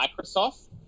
microsoft